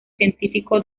científico